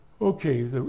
Okay